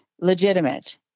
Legitimate